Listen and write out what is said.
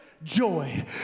joy